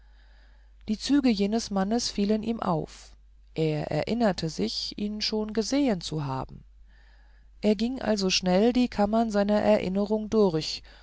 die züge dieses mannes fielen ihm auf und er erinnerte sich ihn schon gesehen zu haben er ging also schnell die kammern seiner erinnerung durch